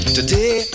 Today